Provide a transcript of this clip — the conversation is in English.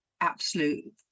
absolute